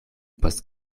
post